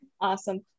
Awesome